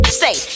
say